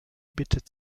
bittet